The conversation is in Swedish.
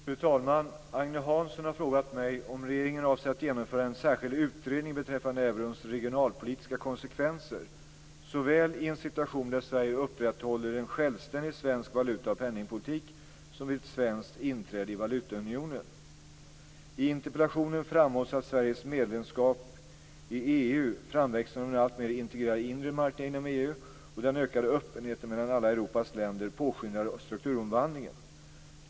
Fru talman! Agne Hansson har frågat mig om regeringen avser att genomföra en särskild utredning beträffande eurons regionalpolitiska konsekvenser, såväl i en situation där Sverige upprätthåller en självständig svensk valuta och penningpolitik som vid ett svenskt inträde i valutaunionen. I interpellationen framhålls att Sveriges medlemskap i EU, framväxten av en alltmer integrerad inre marknad inom EU och den ökade öppenheten mellan alla Europas länder påskyndar strukturomvandlingen.